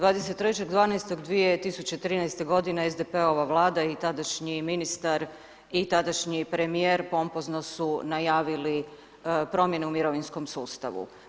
23.12.2013. godine SDP-ova vlada i tadašnji ministar i tadašnji premijer pompozno su najavili promjene u mirovinskom sustavu.